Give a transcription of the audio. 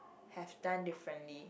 have done differently